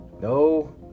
no